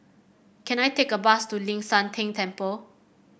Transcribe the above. can I take a bus to Ling San Teng Temple